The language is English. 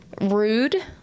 rude